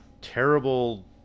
Terrible